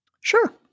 Sure